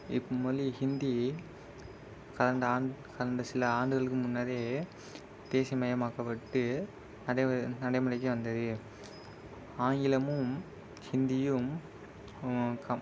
இப் மொழி ஹிந்தி கடந்த ஆண்ட் கடந்த சில ஆண்டுகளுக்கு முன்னரே தேசிய மயம் ஆக்கப்பட்டு நடைமுறை நடைமுறைக்கு வந்தது ஆங்கிலமும் ஹிந்தியும் கம்